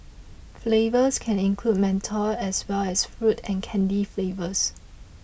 flavours can include menthol as well as fruit and candy flavours